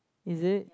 is it